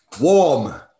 Warm